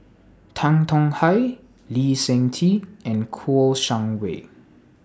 Tan Tong Hye Lee Seng Tee and Kouo Shang Wei